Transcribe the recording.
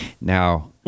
now